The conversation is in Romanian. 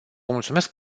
mulțumesc